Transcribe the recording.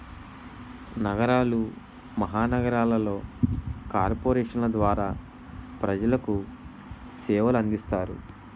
నగరాలు మహానగరాలలో కార్పొరేషన్ల ద్వారా ప్రజలకు సేవలు అందిస్తారు